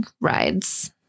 rides